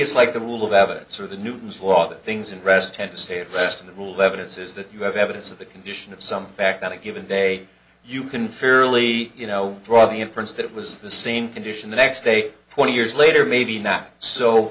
it's like the rule of evidence or the newton's law of things and rest tend to stay abreast of the rule lebanon says that you have evidence of the condition of some fact that a given day you can fairly you know draw the inference that it was the same condition the next day twenty years later maybe not so